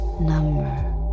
number